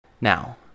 now